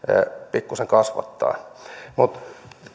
pikkuisen kasvattaa mutta